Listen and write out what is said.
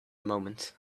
moment